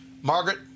Margaret